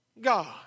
God